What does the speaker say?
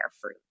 fruit